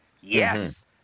yes